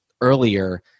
earlier